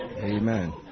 Amen